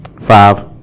five